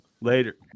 Later